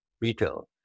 retail